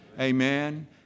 Amen